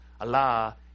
Allah